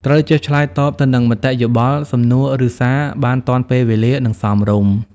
ត្រូវចេះឆ្លើយតបទៅនឹងមតិយោបល់ សំណួរ ឬសារបានទាន់ពេលវេលា និងសមរម្យ។